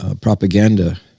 propaganda